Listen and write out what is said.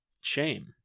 Shame